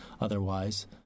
otherwise